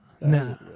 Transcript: No